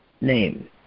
name